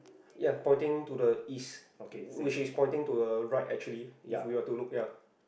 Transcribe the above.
ya pointing to the East which is pointing to the right actually if we were to look ya